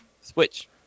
Switch